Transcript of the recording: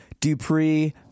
Dupree